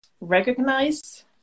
recognize